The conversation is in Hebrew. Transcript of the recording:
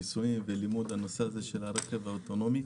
ניסויים ולמידת הנושא הזה של הרכב האוטונומי.